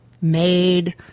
made